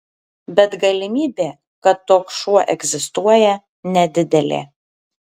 bet galimybė kad toks šuo egzistuoja nedidelė